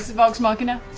vox machina?